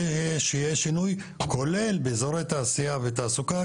שיהיה שינוי כולל באזורי תעשייה ותעסוקה,